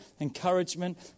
encouragement